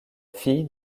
fille